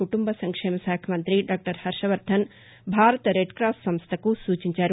కుటుంబ సంక్షేమ శాఖ మంతి డాక్షర్ హర్వవర్గన్ భారత రెడ్ క్రాస్ సంస్ల కు సూచించారు